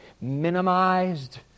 minimized